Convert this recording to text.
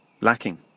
lacking